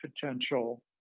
potential